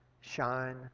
shine